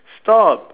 stop